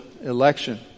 election